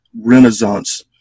Renaissance